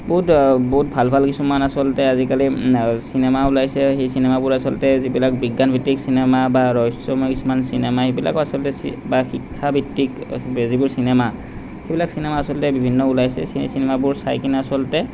বহুত বহুত ভাল ভাল কিছুমান আচলতে আজিকালি চিনেমা ওলাইছে সেই চিনেমাবোৰ আচলতে যিবিলাক বিজ্ঞানভিত্তিক চিনেমা বা ৰহস্যময়ী কিছুমান চিনেমা এইবিলাকো আচলতে চি বা শিক্ষাভিত্তিক যিবোৰ চিনেমা সেইবিলাক চিনেমা আচলতে বিভিন্ন ওলাইছে সেই চিনেমাবোৰ চাই কিনে আচলতে